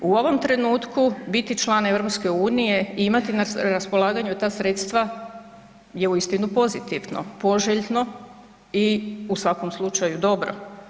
U ovom trenutku biti član EU i imati na raspolaganju ta sredstva je uistinu pozitivno, poželjno i u svakom slučaju dobro.